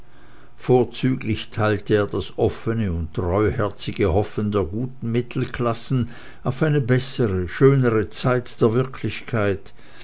vorzüglich teilte er das offene und treuherzige hoffen der guten mittelklassen auf eine bessere schönere zeit der wirklichkeit